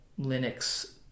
Linux